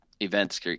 events